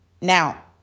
Now